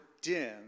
dim